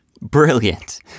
brilliant